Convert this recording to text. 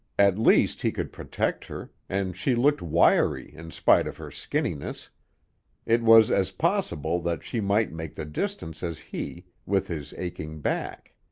at least, he could protect her, and she looked wiry in spite of her skinniness it was as possible that she might make the distance as he, with his aching back.